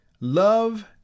Love